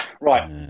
Right